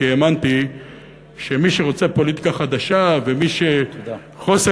כי האמנתי שמי שרוצה פוליטיקה חדשה ומי שחוסר